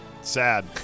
Sad